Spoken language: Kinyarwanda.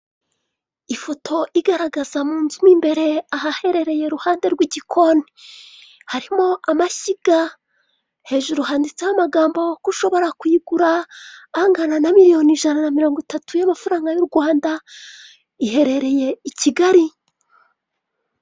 Ifoto igaragaza mu nzu mo imbere ahaherereye i ruhande rw'igikoni. Harimo amashyiga, hejuru handitse ho amagambo ko ushobora kuyigura, angana na miliyoni ijana na mirongo itatu y'amafaranga y'u Rwanda. Iherereye i Kigali.